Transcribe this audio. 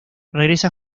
regresa